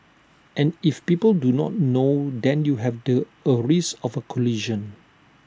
and if people do not know then you have A risk of A collision